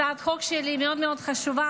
הצעת החוק שלי מאוד מאוד חשובה,